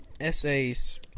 Essays